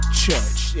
church